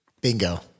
Bingo